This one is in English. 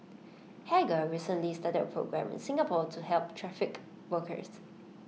hagar recently started A programme in Singapore to help trafficked workers